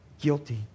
guilty